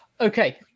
Okay